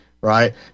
right